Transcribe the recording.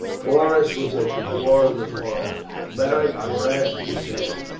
porus was at the door of the farm beric grasped his hand.